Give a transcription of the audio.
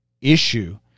issue